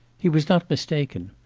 he was not mistaken.